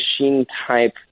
machine-type